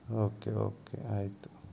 okay okay ಆಯಿತು